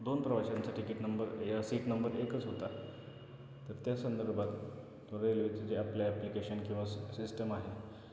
दोन प्रवाशांचं ticket number य सीट नंबर एकच होता तर त्या संदर्भात रेल्वेचं जे आपलं ॲप्लिकेशन किंवा सिस्टम आहे